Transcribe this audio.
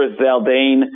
Zaldane